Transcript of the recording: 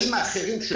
האמצעים האחרים.